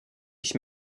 ich